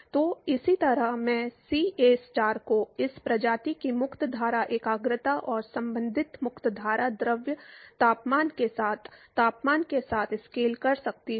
तो इसी तरह मैं सीएस्टार को इस प्रजाति की मुक्त धारा एकाग्रता और संबंधित मुक्त धारा द्रव तापमान के साथ तापमान के साथ स्केल कर सकता हूं